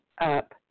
up